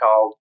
called